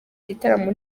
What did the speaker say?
gitaramo